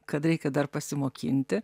kad reikia dar pasimokinti